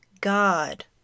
God